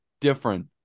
different